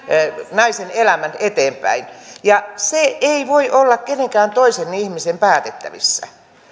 naisen elämän eteenpäin ja se ei voi olla kenenkään toisen ihmisen päätettävissä